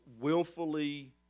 willfully